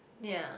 ya